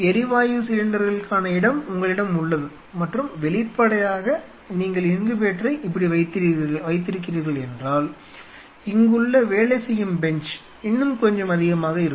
எரிவாயு சிலிண்டர்களுக்கான இடம் உங்களிடம் உள்ளது மற்றும் வெளிப்படையாக நீங்கள் இன்குபேட்டரை இப்படி வைத்திருக்கிறீர்கள் என்றால் இங்குள்ள வேலை செய்யும் பெஞ்ச் இன்னும் கொஞ்சம் அதிகமாக இருக்கும்